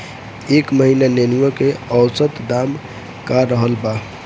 एह महीना नेनुआ के औसत दाम का रहल बा?